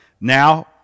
Now